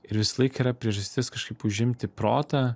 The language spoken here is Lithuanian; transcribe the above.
ir visąlaik yra priežastis kažkaip užimti protą